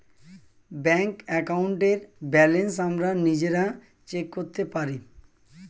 bank অ্যাকাউন্টের balance আমরা নিজেরা চেক করতে পারি